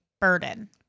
burden